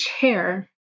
chair